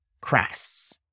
crass